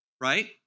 right